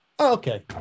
okay